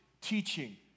teaching